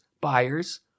buyers